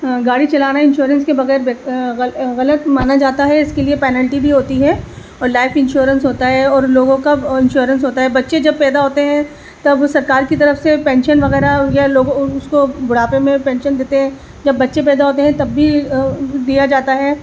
گاڑی چلانا انشورنس کے بغیر غلط مانا جاتا ہے اس کے لیے پینلٹی بھی ہوتی ہے اور لائف انشورنس ہوتا ہے اور لوگوں کا انشورنس ہوتا ہے بچے جب پیدا ہوتے ہیں تب سرکار کی طرف سے پنشن وغیرہ یا لوگوں اس کو بوڑھاپے میں پنشن دیتے ہیں جب بچے پیدا ہوتے ہیں تب بھی دیا جاتا ہے